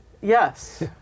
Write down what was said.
Yes